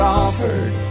offered